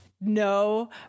no